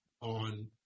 on